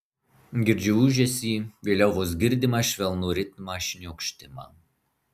girdžiu ūžesį vėliau vos girdimą švelnų ritmą šniokštimą